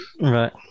Right